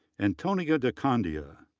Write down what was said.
antonio de candia,